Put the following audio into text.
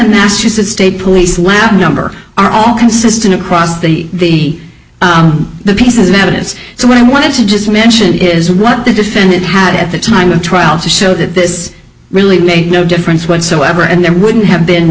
massachusetts state police lab number are all consistent across the the pieces of evidence so when i wanted to just mention it is what the defendant had at the time of trial to show that this really made no difference whatsoever and there wouldn't have been